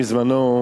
בזמני,